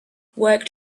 worked